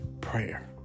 prayer